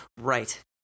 Right